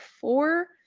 four